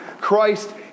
Christ